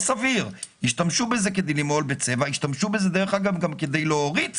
אגב, משתמשים בזה גם כדי להוריד צבע,